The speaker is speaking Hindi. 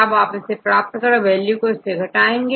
अब आप इसे प्राप्त कर वैल्यू को इससे घटाएंगे